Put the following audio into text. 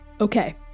Okay